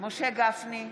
משה גפני,